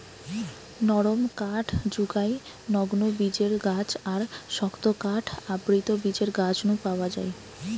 নরম কাঠ জুগায় নগ্নবীজের গাছ আর শক্ত কাঠ আবৃতবীজের গাছ নু পাওয়া যায়